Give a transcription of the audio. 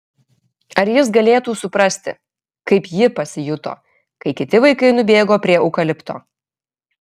ar jis galėtų suprasti kaip ji pasijuto kai kiti vaikai nubėgo prie eukalipto